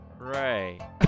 Right